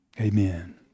amen